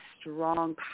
strong